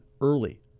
early